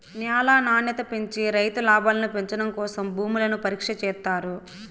న్యాల నాణ్యత పెంచి రైతు లాభాలను పెంచడం కోసం భూములను పరీక్ష చేత్తారు